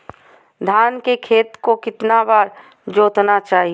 धान के खेत को कितना बार जोतना चाहिए?